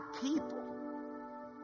people